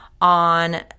on